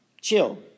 chill